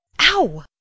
ow